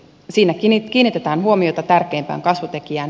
siinä kiinnitetään huomiota tärkeimpään kasvutekijään